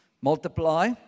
multiply